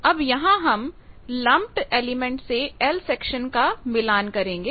अब यहां हम लम्पड एलिमेंट से L सेक्शन का मिलान करेंगे